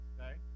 Okay